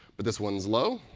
but this one is low.